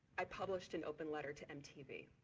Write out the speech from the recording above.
i published an open letter to m t v.